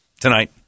Tonight